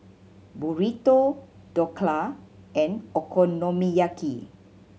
Burrito Dhokla and Okonomiyaki